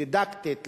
דידקטית,